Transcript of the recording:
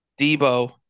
Debo